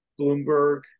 Bloomberg